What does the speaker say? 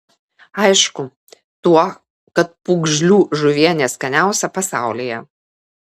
aišku tuo kad pūgžlių žuvienė skaniausia pasaulyje